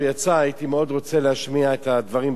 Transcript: הייתי מאוד רוצה להשמיע את הדברים בנושא.